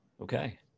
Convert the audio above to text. okay